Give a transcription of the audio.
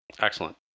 Excellent